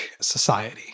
society